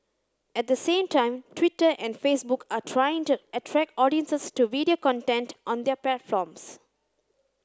at the same time Twitter and Facebook are trying to attract audiences to video content on their platforms